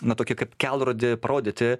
na tokį kaip kelrodį parodyti